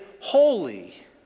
holy